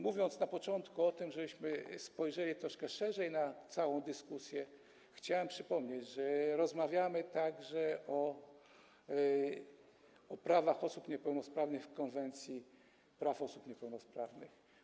Mówiąc na początku o tym, żebyśmy spojrzeli troszkę szerzej na całą dyskusję, chciałem przypomnieć, że rozmawiamy także o prawach osób niepełnosprawnych w Konwencji o prawach osób niepełnosprawnych.